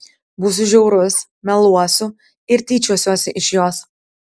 būsiu žiaurus meluosiu ir tyčiosiuosi iš jos